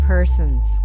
Persons